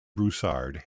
broussard